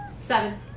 Seven